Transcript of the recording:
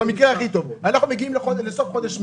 במקרה הכי טוב אנחנו מגיעים לסוף חודש אוגוסט.